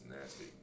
nasty